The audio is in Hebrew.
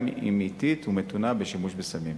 גם אם אטית ומתונה, בשימוש בסמים.